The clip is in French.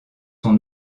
son